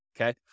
okay